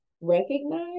recognize